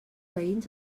veïns